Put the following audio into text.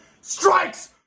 strikes